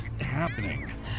happening